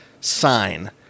sign